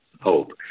hope